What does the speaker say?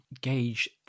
gauge